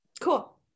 Cool